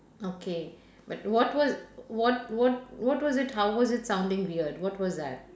okay but what was what what what was it how was it sounding weird what was that